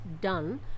done